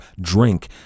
drink